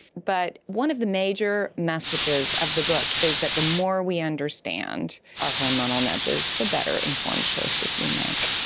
but one of the major messages of the book is that the more we understand our hormonal nudges, the better informed choices we make.